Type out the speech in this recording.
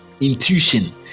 intuition